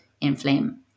inflame